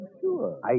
Sure